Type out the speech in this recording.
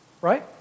right